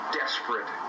desperate